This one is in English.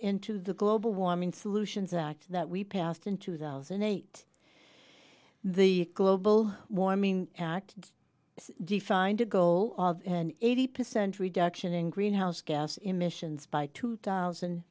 into the global warming solutions act that we passed in two thousand and eight the global warming act defined a goal of an eighty percent reduction in greenhouse gas emissions by two thousand